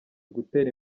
gutera